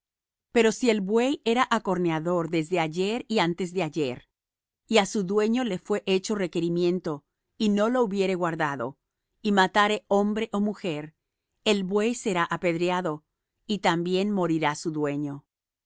pero si el buey era acorneador desde ayer y antes de ayer y á su dueño le fué hecho requerimiento y no lo hubiere guardado y matare hombre ó mujer el buey será apedreado y también morirá su dueño